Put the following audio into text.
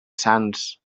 sants